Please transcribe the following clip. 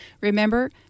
Remember